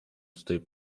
tutaj